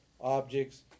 objects